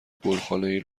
گلخانهای